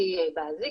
משמעותי באזיק.